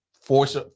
force